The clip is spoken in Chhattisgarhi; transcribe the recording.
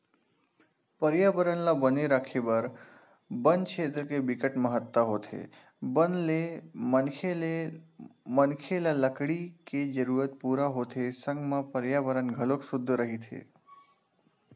परयाबरन ल बने राखे बर बन छेत्र के बिकट महत्ता होथे बन ले मनखे ल लकड़ी के जरूरत पूरा होथे संग म परयाबरन घलोक सुद्ध रहिथे